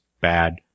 bad